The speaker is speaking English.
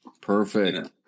Perfect